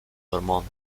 vermont